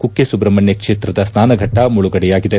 ಕುಕ್ಕೆ ಸುಬ್ರಹ್ಮಣ್ಯ ಕ್ಷೇತ್ರದ ಸ್ನಾನಘಟ್ಟ ಮುಳುಗಡೆಯಾಗಿದೆ